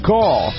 Call